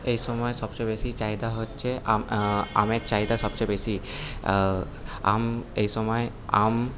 এই সময় সবচেয়ে বেশি চাহিদা হচ্ছে আমের চাহিদা সবচেয়ে বেশি আম এই সময় আম